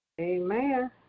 Amen